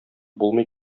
булмый